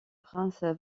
prince